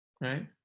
right